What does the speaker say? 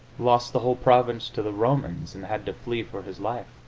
lost the whole province to the romans, and had to flee for his life.